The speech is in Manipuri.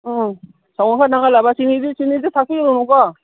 ꯎꯝ ꯁꯪꯒꯣꯝ ꯈꯔ ꯅꯪꯍꯜꯂꯕ ꯆꯤꯅꯤꯗꯨ ꯊꯥꯛꯄꯤꯔꯨꯅꯨꯀꯣ